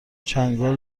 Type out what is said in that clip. چنگال